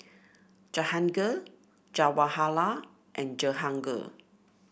Jahangir Jawaharlal and Jehangirr